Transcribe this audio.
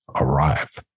arrive